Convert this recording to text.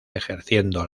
ejerciendo